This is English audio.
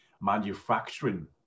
manufacturing